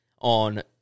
on